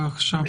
בבקשה.